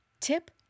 tip